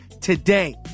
today